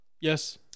Yes